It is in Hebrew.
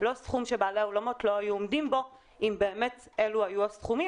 לא סכום שבעלי האולמות לא היו עומדים בו אם באמת אלה היו הסכומים,